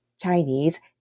Chinese